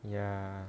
ya